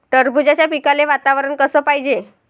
टरबूजाच्या पिकाले वातावरन कस पायजे?